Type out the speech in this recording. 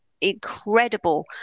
incredible